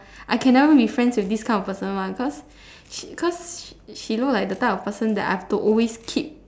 I can never be friends with this kind of person [one] cause cause she she look like the type of person that I have to always keep